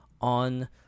on